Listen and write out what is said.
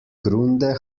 grunde